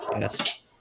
Yes